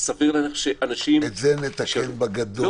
סביר להניח שאנשים --- את זה נתקן בגדול.